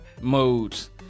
modes